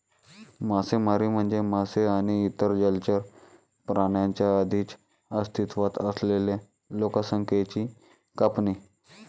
मासेमारी म्हणजे मासे आणि इतर जलचर प्राण्यांच्या आधीच अस्तित्वात असलेल्या लोकसंख्येची कापणी